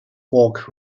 fork